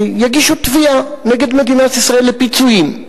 יגישו תביעה נגד מדינת ישראל לפיצויים.